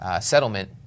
settlement